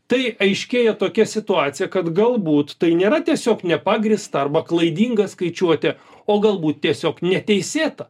tai aiškėja tokia situacija kad galbūt tai nėra tiesiog nepagrįsta arba klaidinga skaičiuoti o galbūt tiesiog neteisėta